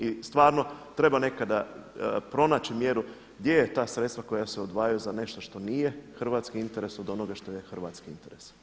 I stvarno treba nekada pronaći mjeru gdje su ta sredstva koja se odvajaju za nešto što nije hrvatski interes od onoga što je hrvatski interes.